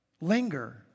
linger